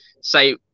say